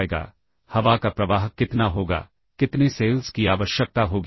फिर stack pointer को implement करें